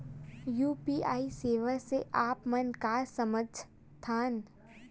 UPI सेवा से आप मन का समझ थान?